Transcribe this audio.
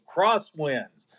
Crosswinds